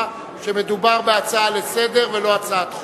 שמדובר בהצעה לסדר-היום ולא בהצעת חוק.